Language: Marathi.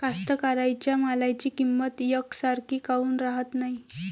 कास्तकाराइच्या मालाची किंमत यकसारखी काऊन राहत नाई?